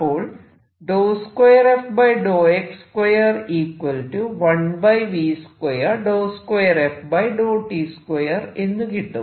അപ്പോൾ എന്ന് കിട്ടും